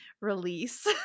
release